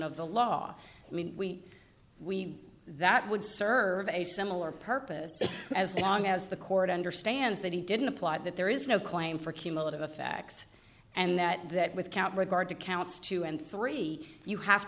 of the law i mean we we that would serve a similar purpose as long as the court understands that he didn't apply that there is no claim for cumulative effects and that that with count regard to counts two and three you have